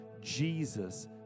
Jesus